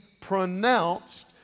pronounced